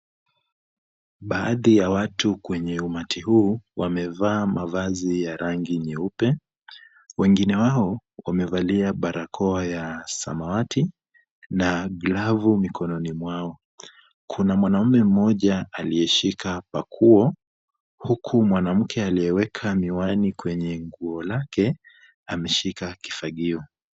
Baadhi ya watu kwenye umati huu wamevaa mavazi ya rangi nyeupe. Wengine wao wamevalia barakoa ya samawati na glavu mikononi mwao . Kuna mwanaume mmoja aliyeshika bakuo huku mwanamke aliyeweka miwani kwenye nguo lake ameshika kifagio.